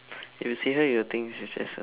you see her you'll think she's a chef